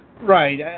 Right